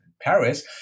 Paris